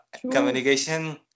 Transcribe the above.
communication